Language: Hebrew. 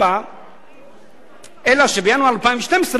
אלא שבינואר 2012,